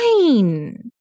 fine